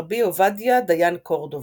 ר' עובדיה דיין קורדובה.